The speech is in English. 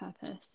purpose